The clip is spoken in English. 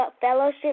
fellowship